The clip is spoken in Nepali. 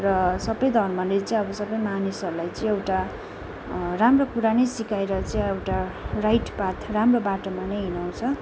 र सबै धर्मले चाहिँ अब सबै मानिसहरूलाई चैँ एउटा राम्रो कुरा नै सिकाएर चाहिँ एउटा राइट पाथ राम्रो बाटोमा नै हिँडाउँछ